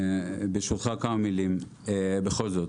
ברשותך כמה מילים בכל זאת.